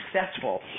successful